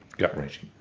gut-wrenching.